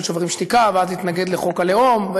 שוברים שתיקה ואז להתנגד לחוק הלאום,